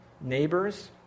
neighbors